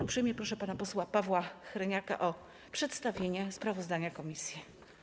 Uprzejmie proszę pana posła Pawła Hreniaka o przedstawienie sprawozdania komisji.